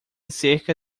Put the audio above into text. cerca